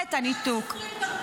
ביכולת הניתוק.